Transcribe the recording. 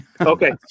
Okay